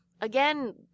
Again